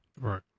Right